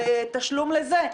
תשלום לזה,